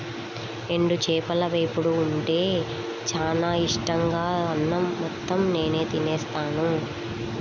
ఎండు చేపల వేపుడు ఉంటే చానా ఇట్టంగా అన్నం మొత్తం నేనే తినేత్తాను